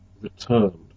returned